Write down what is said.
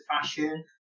fashion